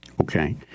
Okay